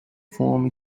form